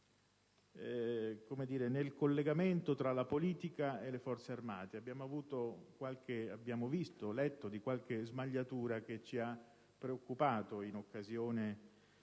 impegno nel collegamento tra la politica e le Forze armate. Abbiamo letto di qualche smagliatura, che ci ha preoccupato, in occasione